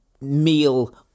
meal